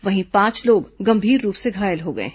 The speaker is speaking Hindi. वहीं पांच लोग गंभीर रूप से घायल हो गए हैं